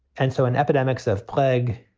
and so in epidemics of plague,